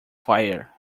fire